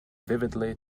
vividly